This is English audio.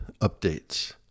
updates